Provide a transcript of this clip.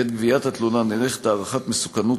בעת גביית התלונה נערכת הערכת מסוכנות